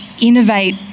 innovate